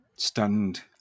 Stunned